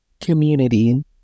community